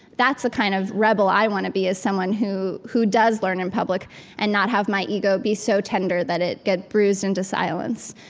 that's the kind of rebel i want to be, is someone who who does learn in public and not have my ego be so tender that it get bruised into silence.